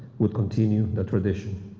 would continued the tradition.